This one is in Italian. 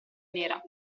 nera